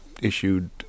issued